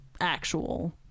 actual